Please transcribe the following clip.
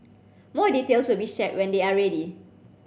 more details will be shared when they are ready